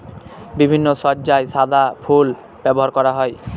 বিভিন্ন সজ্জায় গাঁদা ফুল ব্যবহার হয়